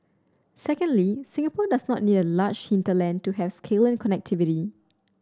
secondly Singapore does not need a large hinterland to has and connectivity